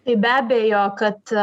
tai be abejo kad